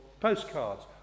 postcards